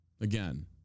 again